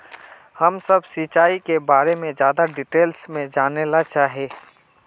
हम सब सिंचाई के बारे में ज्यादा डिटेल्स में जाने ला चाहे?